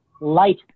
light